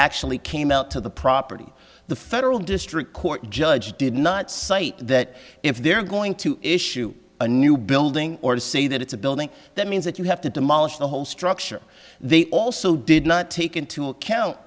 actually came out to the property the federal district court judge did not cite that if they're going to issue a new building or to say that it's a building that means that you have to demolish the whole structure they also did not take into account